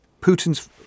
Putin's